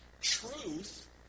truth